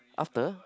after